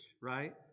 right